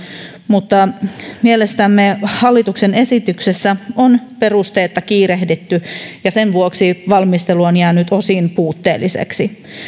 mutta mielestämme hallituksen esityksessä on perusteetta kiirehditty ja sen vuoksi valmistelu on jäänyt osin puutteelliseksi